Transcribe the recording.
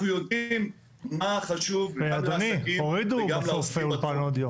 אנחנו יודעים מה חשוב לעסקים וגם לעוסקים בתחום.